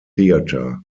theatre